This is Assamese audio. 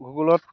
ভূগোলত